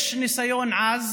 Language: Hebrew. יש ניסיון עז